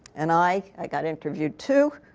and i, i got interviewed too,